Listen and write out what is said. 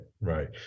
right